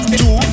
two